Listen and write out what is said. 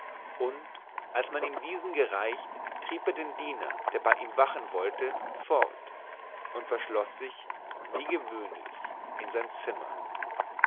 und als man ihm diesen gereicht trieb er den diener der bei ihm wachen wollte fort und verschloß sich wie gewöhnlich in sein zimmer